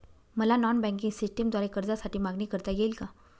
मला non banking सिस्टमद्वारे कर्जासाठी मागणी करता येईल का?